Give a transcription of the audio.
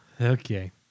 okay